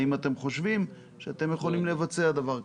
האם אתם חושבים שאתם יכולים לבצע דבר כזה?